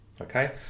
okay